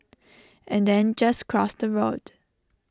and then just cross the road